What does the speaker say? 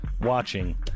watching